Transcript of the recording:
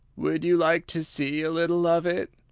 would you like to see a little of it?